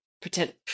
pretend